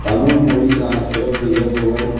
தமிழ்மொழிக்கான சிறப்பு இயல்புகள்